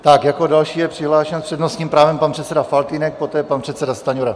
Tak, jako další je přihlášen s přednostním právem pan předseda Faltýnek, poté pan předseda Stanjura.